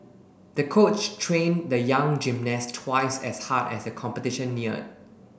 the coach trained the young gymnast twice as hard as the competition neared